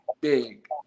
big